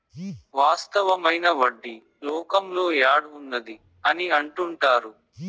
వాస్తవమైన వడ్డీ లోకంలో యాడ్ ఉన్నది అని అంటుంటారు